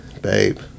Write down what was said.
babe